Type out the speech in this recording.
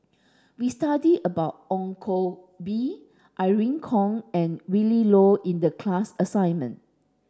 we studied about Ong Koh Bee Irene Khong and Willin Low in the class assignment